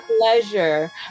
pleasure